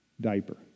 diaper